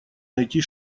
найти